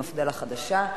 מפד"ל החדשה.